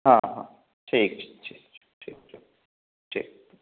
हँ हँ ठीक छै ठीक ठीक ठीक ठीक